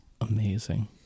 amazing